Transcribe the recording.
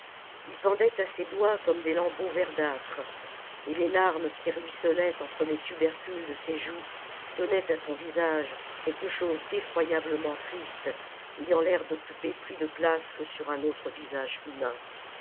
il pendait à ses doigts comme des lambeaux verdâtres et les larmes qui ruisselaient entre les tubercules de ses joues donnaient à son visage quelque chose d'effroyablement triste ayant l'air d'occuper plus de place que sur un autre visage humain